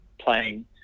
playing